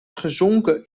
gezonken